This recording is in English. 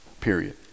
period